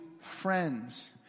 friends